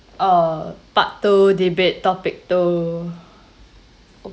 uh part two debate topic two